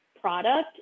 product